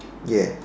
yes